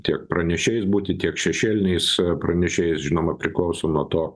tiek pranešėjais būti tiek šešėliniais pranešėjais žinoma priklauso nuo to